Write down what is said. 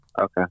okay